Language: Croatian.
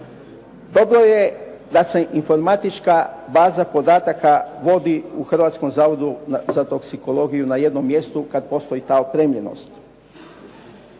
Problem je da se informatička baza podataka vodi u Hrvatskom zavodu za toksikologiju na jednom mjestu kad postoji ta opremljenost.